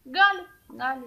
gali gali